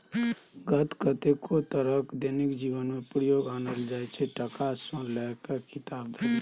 कागत कतेको तरहक दैनिक जीबनमे प्रयोग आनल जाइ छै टका सँ लए कए किताब धरि